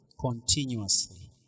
Continuously